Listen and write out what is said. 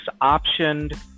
optioned